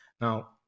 Now